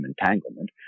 entanglement